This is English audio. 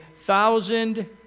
thousand